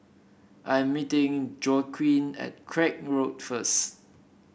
I'm meeting Joaquin at Craig Road first